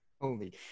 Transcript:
Holy